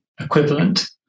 equivalent